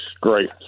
Great